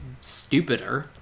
stupider